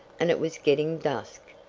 and it was getting dusk.